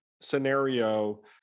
scenario